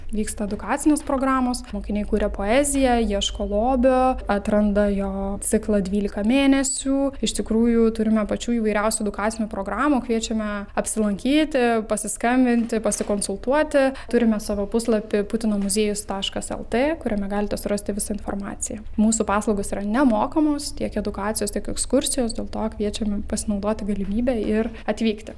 vyksta edukacinės programos mokiniai kuria poeziją ieško lobio atranda jo ciklą dvylika mėnesių iš tikrųjų turime pačių įvairiausių edukacinių programų kviečiame apsilankyti pasiskambinti pasikonsultuoti turime savo puslapį putino muziejus taškas el t kuriame galite surasti visą informaciją mūsų paslaugos yra nemokamos tiek edukacijos tiek ekskursijos dėl to kviečiame pasinaudoti galimybe ir atvykti